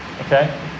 Okay